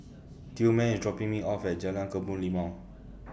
Tillman IS dropping Me off At Jalan Kebun Limau